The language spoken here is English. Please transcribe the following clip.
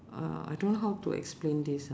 uh I don't know how to explain this ah